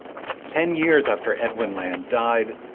ten years after edwin land died,